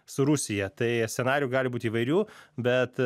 su rusija tai scenarijų gali būti įvairių bet